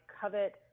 covet